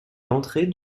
l’entrée